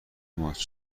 ماست